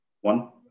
one